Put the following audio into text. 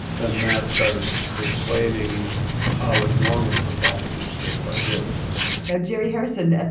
then matt started explaining how enormous the problem of snakebite is now, jerry harrison, ah